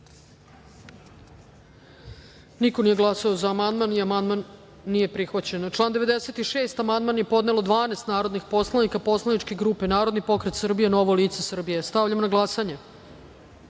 niko nije glasao za amandman. Amandman nije prihvaćen. Na član 96. amandman je podnelo 12 narodnih poslanika poslaničke grupe Narodni pokret Srbije – Novo lice Srbije. Stavljam na glasanje